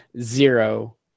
zero